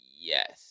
Yes